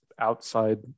outside